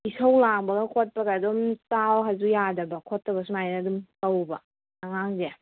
ꯏꯁꯧ ꯂꯥꯡꯕꯒ ꯈꯣꯠꯄꯒ ꯑꯗꯨꯝ ꯆꯥꯎ ꯍꯥꯏꯖꯨ ꯌꯥꯗꯕ ꯈꯣꯠꯇꯕ ꯁꯨꯃꯥꯏꯅ ꯑꯗꯨꯝ ꯇꯧꯕ ꯑꯉꯥꯡꯖꯦ